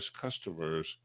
customers